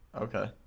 Okay